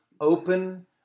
open